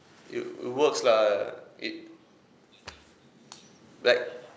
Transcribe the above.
it it works lah it like